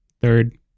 third